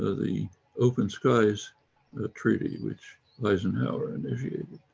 ah the open skies ah treaty which eisenhower initiated.